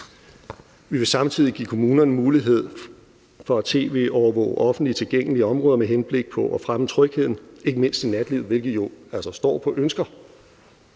Vi vil samtidig give kommunerne mulighed for at tv-overvåge offentligt tilgængelige områder med henblik på at fremme trygheden, ikke mindst i nattelivet, hvilket jo står altså